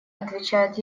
отвечает